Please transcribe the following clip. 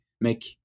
make